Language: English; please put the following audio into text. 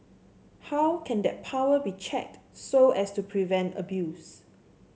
how can that power be checked so as to prevent abuse